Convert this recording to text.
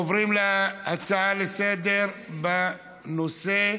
נעבור להצעות לסדר-היום בנושא: